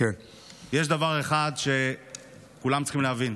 יש דבר אחד שכולם צריכים להבין: